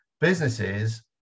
businesses